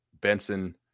Benson